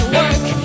work